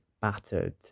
battered